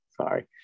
Sorry